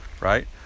right